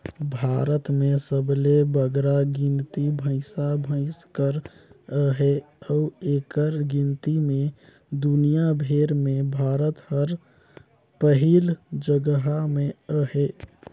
भारत में सबले बगरा गिनती भंइसा भंइस कर अहे अउ एकर गिनती में दुनियां भेर में भारत हर पहिल जगहा में अहे